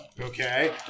Okay